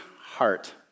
heart